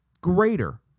greater